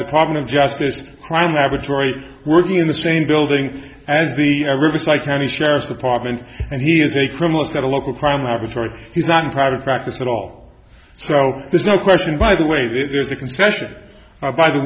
problem of justice crime laboratory working in the same building as the riverside county sheriff's department and he is a criminal is not a local crime laboratory he's not in private practice at all so there's no question by the way there's a